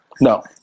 No